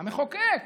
המחוקק.